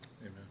Amen